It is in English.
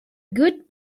good